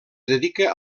dedica